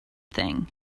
thing